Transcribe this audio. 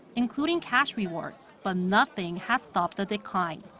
including cash rewards, but nothing has stopped the decline.